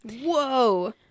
Whoa